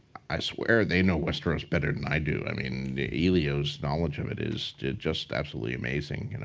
i swear they know westeros better than i do. i mean, the elio's knowledge of it is just absolutely amazing. and